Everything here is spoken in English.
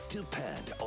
Depend